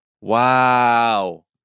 Wow